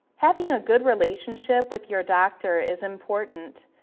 having a good relationship with your doctor is important,